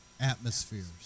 atmospheres